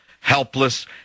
helpless